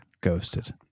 ghosted